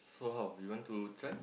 so how you want to try